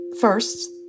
First